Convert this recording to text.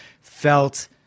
felt